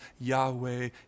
Yahweh